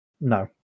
no